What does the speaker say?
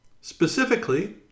specifically